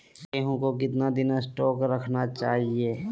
गेंहू को कितना दिन स्टोक रखना चाइए?